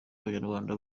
abanyarwanda